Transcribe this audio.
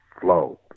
flow